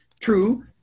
True